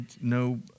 no